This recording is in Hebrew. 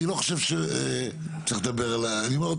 אני לא חושב שצריך לדבר עליי.